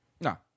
No